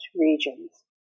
regions